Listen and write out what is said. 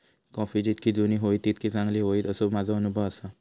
coffee जितकी जुनी होईत तितकी चांगली होईत, असो माझो अनुभव आसा